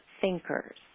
thinkers